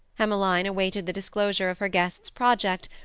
emmeline awaited the disclosure of her guest's project,